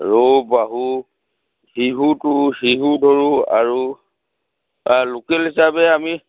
ৰৌ বাহু শিহুটো শিহু ধৰোঁ আৰু লোকেল হিচাপে আমি